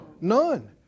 None